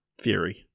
theory